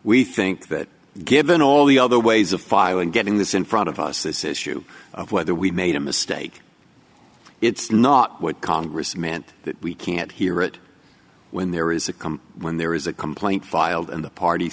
we think that given all the other ways of filing getting this in front of us this issue of whether we made a mistake it's not what congress meant that we can't hear it when there is a come when there is a complaint filed and the party